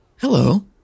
hello